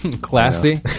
Classy